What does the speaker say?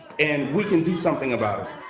and we can do something about